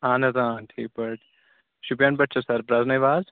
اہن حظ آ ٹھیٖک پٲٹھۍ شُپیَن پٮ۪ٹھ چھِ سَر پرٛٮ۪زنٲیوٕ حظ